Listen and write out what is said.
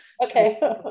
Okay